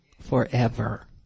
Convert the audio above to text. forever